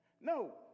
No